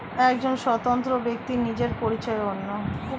একজন স্বতন্ত্র ব্যক্তির নিজের পরিচয় অনন্য